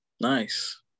Nice